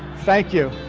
thank you.